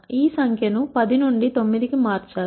ఈ సంఖ్యను 10 నుండి 9 కి మార్చారు